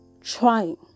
trying